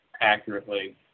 accurately